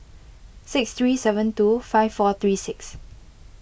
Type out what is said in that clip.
six three seven two five four three six